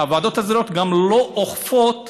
הוועדות האזוריות גם לא אוכפות